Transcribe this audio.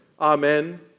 Amen